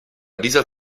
dieser